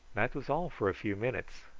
that was all for a few minutes,